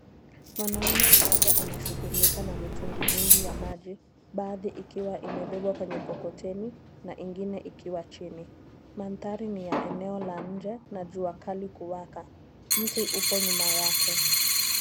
Mwanaume mmoja anashughulika na mitungi mingi ya maji ,baadhi ikiwa imebebwa kwenye mkokoteni na ingine ikiwa chini . Mandhari ni ya eneo la inje na jua kali kuwaka, mti upo nyuma yake.